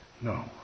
no